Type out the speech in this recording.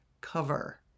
cover